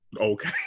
Okay